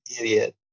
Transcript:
idiot